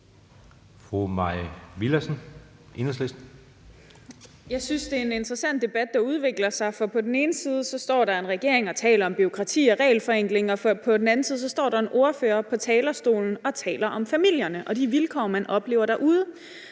Jeg synes, det er en interessant debat, der udspiller sig, for på den ene side står der en regering og taler om bureaukrati og regelforenklinger, og på den anden side står en ordfører oppe på talerstolen og taler om familierne og de vilkår, man oplever derude.